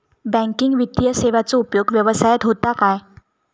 Banking वित्तीय सेवाचो उपयोग व्यवसायात होता काय?